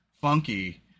funky